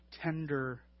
tender